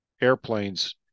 airplanes